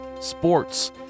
sports